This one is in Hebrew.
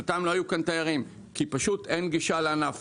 שנתיים לא היו כאן תיירים, כי פשוט אין גישה לענף.